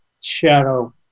shadow